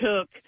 took